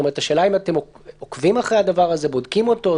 השאלה אם אתם עוקבים אחרי הדבר הזה, בודקים אותו.